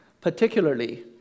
particularly